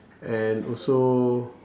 and also